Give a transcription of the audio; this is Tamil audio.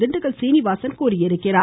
திண்டுக்கல் சீனிவாசன் தெரிவித்துள்ளார்